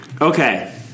Okay